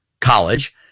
college